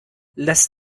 lässt